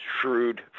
shrewd